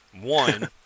One